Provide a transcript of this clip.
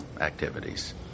activities